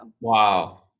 wow